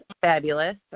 fabulous